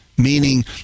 Meaning